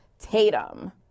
Tatum